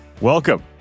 welcome